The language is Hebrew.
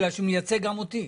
בגלל שהוא מייצג גם אותי.